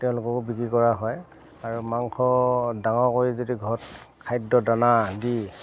তেওঁলোককো বিক্ৰী কৰা হয় আৰু মাংস ডাঙৰ কৰি যদি ঘৰত খাদ্য দানা দি